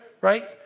right